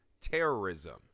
terrorism